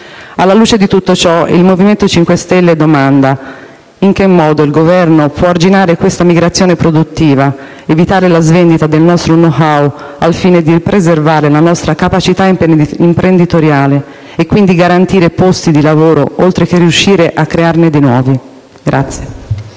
Alla luce di tutto ciò, il Movimento 5 Stelle domanda in che modo il Governo può arginare questa migrazione produttiva, evitare la svendita del nostro *know-how* al fine di preservare la nostra capacità imprenditoriale e quindi garantire posti di lavoro, oltre che riuscire a crearne di nuovi.